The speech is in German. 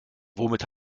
womit